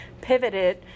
pivoted